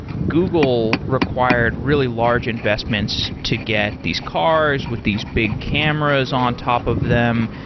google required really large investments to get these cars with these big cameras on top of them.